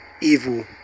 evil